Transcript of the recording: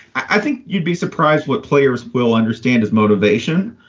i think you'd be surprised what players will understand is motivation.